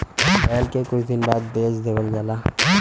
बैल के कुछ दिन बाद बेच देवल जाला